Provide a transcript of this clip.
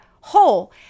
hole